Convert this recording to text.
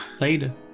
Later